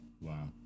Wow